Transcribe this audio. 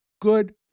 Good